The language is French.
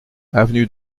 avenue